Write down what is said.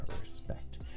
respect